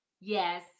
Yes